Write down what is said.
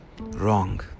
wrong